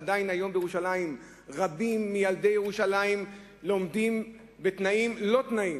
עדיין היום בירושלים רבים מילדי ירושלים לומדים בתנאים-לא-תנאים,